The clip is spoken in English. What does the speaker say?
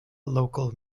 local